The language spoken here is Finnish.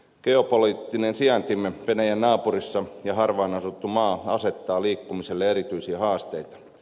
geopoliittinen sijaintimme venäjän naapurissa ja harvaanasuttu maa asettavat liikkumiselle erityisiä haasteita